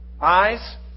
Eyes